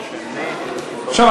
עכשיו,